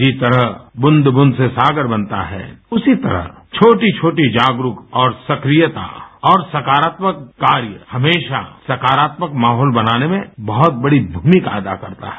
जिस तरह द्रेद द्रेद से सागर बनता है उसी तरह छोटी छोटी जागरुक और सक्रियता और सकारात्मक कार्य हमेशा सकारात्मक माहौल बनाने में बहुत बढ़ी भूमिका अदा करता है